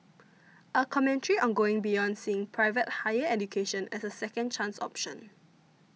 a commentary on going beyond seeing private higher education as a second chance option